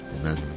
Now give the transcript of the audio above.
Amen